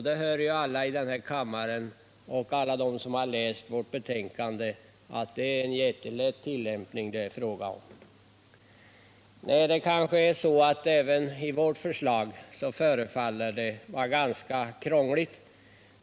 Det inser väl alla här i kammaren och alla som har läst vårt betänkande att det är en jättelätt tillämpning det är fråga om. Nej, det kanske även i vårt förslag förefaller att vara ganska krångligt.